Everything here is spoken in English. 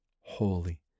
holy